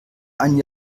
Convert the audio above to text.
ein